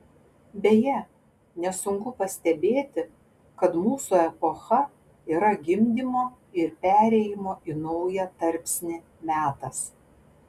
beje nesunku pastebėti kad mūsų epocha yra gimdymo ir perėjimo į naują tarpsnį metas